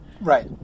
Right